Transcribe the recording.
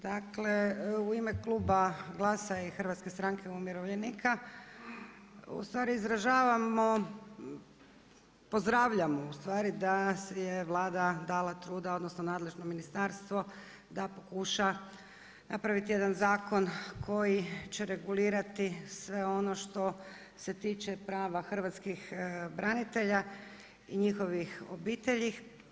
Dakle, u ime Kluba GLAS-a i HSU-a ustvari izražavamo, pozdravljamo, ustvari, da da si je Vlada dala truda, odnosno, nadležno ministarstvo, da pokuša napraviti jedan zakon, koji će regulirati sve ono što se tiče prava hrvatskih branitelja i njihovih obitelji.